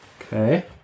Okay